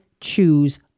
choose